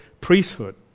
priesthood